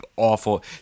awful